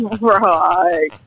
right